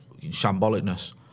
shambolicness